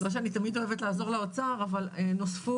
לא שאני תמיד אוהבת לעזור לאוצר אבל נוספו